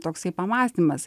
toksai pamąstymas